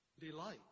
delight